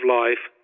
life